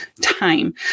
time